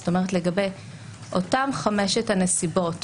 זאת אומרת לגבי אותן חמשת הנסיבות